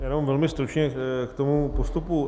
Já jenom velmi stručně k tomu postupu.